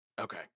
Okay